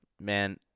man